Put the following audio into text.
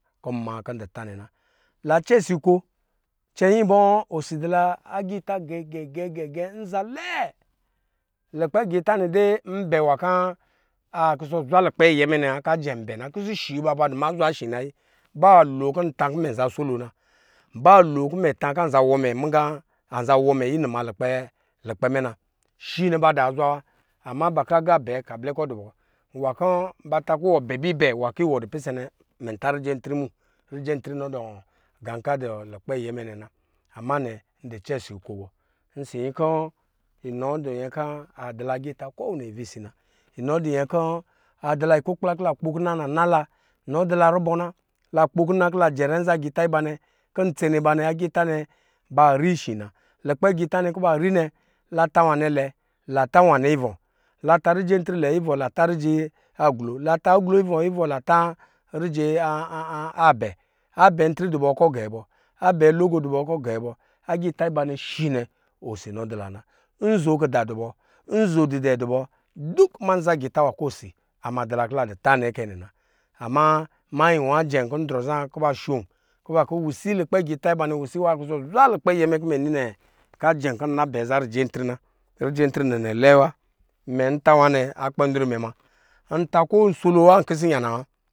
Kɔ nma kɔ la dɔ ta nɛ na lan cɛ si ko cɛngi bɔɔ osi adɔ la nza agiita gɛɛ gɛgɛgɛ nza lɛɛ, lukpɛ agiita nɛ dee nbɛ nwa kɔ a kɔsɔ dɔ zwa lukpɛ ayɛ mɛ nɛ wa kɔ ajɛ n bɛ na kisi shi ba ba dɔ ma azwa shi na ayi baa lo kɔ imɛ ta kɔ nza solo na, baa lo kɔ ntā kɔ anza wɔ mɛ muga nza wɔ mɛ inuma lukpanɛ na, shi nɛ ba dɔ azwa wa ama ba kɔ aga abɛɛ ka blɛ kɔ adɔbɔ ba ta kɔ iwɔ bɛ bibɛ nwa kɔ iwɔnta nɛ mɛn bɛ rije antri mu, rijentu nɔ dɔ gan kɔ a dɔ lukpɛ ayɛ mɛ nɛ na ama nɛ ndɔ cɛ si nko bɔ ɔsɔ nyinkɔ inɔ dɔ nyɛnkɔ adɔla giita kowi ni aviisi na, nɔ dɔ nyɛn kɔ adɔ la ikukpla kɔ la kpo kina la nala, nɔ dɔ la rubɔ na, la kpo kina kɔ la jɛrɛ nza agita iba nɛ kɔ ntsene ba nɛ agita nɛ ba rishi na, lukpɛ agiita nɛ kɔ a dɔ ri nɛ la ta nwane lɛ, la ta nwanɛ ivɔ, la ta rije antri lɛ ivɔ la ta rije aglo, la ta aglo wɔ ivɔ la tā abɛ abɛ antri adubɔ akɔ gɛɛ bɔ abɛ atogo dubɔ akɔ gɛɛ bɔ agita abanɛ shi nɛ osi nɔ dula na, nzo kida dubo, nzo dɛ dub duk nza aita nwa kɔ osi ama dula kɔ la dɔ ta nɛ kɛɛ na ama mayi nwa jɛn kɔ ndrɔ zaa kɔ ba shon kɔ lukpɛ agita ibanɛ wisa kɔsɔ zwa lukpɛ aya mɛ kɔ imɛ ninɛ, kɔ ajɛ kɔ nvɛ rije antru na, rije ntri anɛnɛ lɛɛ wa imɛ nta nwanɛ akpɛ nrɔɔ imɛ muna nta ko nsolo wa nkisi yana wa.